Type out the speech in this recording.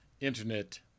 internet